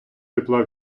тепла